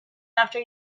after